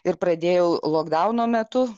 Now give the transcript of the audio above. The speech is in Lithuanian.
ir pradėjau lokdauno metu